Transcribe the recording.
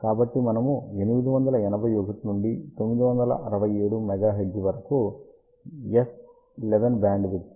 కాబట్టి మనము 881 నుండి 967 MHz వరకు S11 బ్యాండ్ విడ్త్ 10 dB గా పొందుతాము